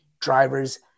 drivers